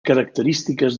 característiques